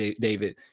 David